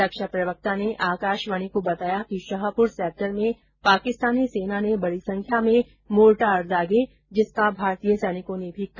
रक्षा प्रवक्ता ने आकाशवाणी को बताया कि शाहपुर सेक्टर में पाकिस्तानी सेना ने बड़ी संख्या में मोर्टार दागे जिसका भारतीय सैनिकों ने भी करारा जवाब दिया